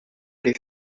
les